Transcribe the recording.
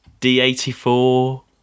D84